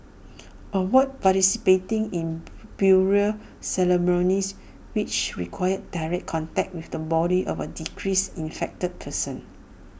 avoid participating in burial ceremonies which require direct contact with the body of A deceased infected person